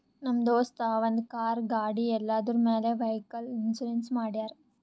ನಮ್ ದೋಸ್ತ ಅವಂದ್ ಕಾರ್, ಗಾಡಿ ಎಲ್ಲದುರ್ ಮ್ಯಾಲ್ ವೈಕಲ್ ಇನ್ಸೂರೆನ್ಸ್ ಮಾಡ್ಯಾರ್